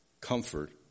comfort